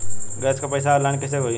Gas क पैसा online कइसे होई?